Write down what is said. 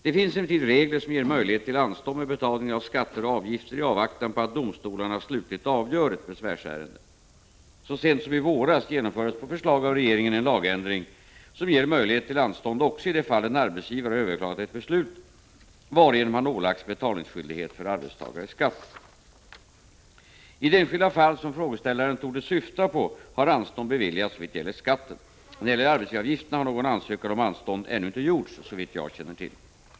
Det finns emellertid regler som ger möjlighet till anstånd med betalningen av skatter och avgifter i avvaktan på att domstolarna slutligt avgör ett besvärsärende. Så sent som i våras genomfördes på förslag av regeringen en lagändring som ger möjlighet till anstånd också i det fall en arbetsgivare har överklagat ett beslut varigenom han ålagts betalningsskyldighet för arbetstagares skatt. I det enskilda fall som frågeställaren torde syfta på har anstånd beviljats såvitt gäller skatten. När det gäller arbetsgivaravgifterna har någon ansökan om anstånd ännu inte gjorts såvitt jag känner till.